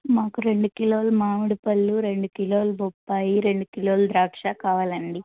మాకు రెండు కిలోలు మామిడిపళ్ళు రెండు కిలోలు బొప్పాయి రెండు కిలోలు ద్రాక్ష కావాలండి